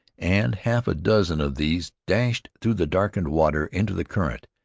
and half a dozen of these dashed through the darkened water into the current,